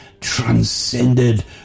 transcended